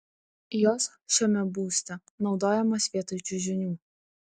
jos šiame būste naudojamos vietoj čiužinių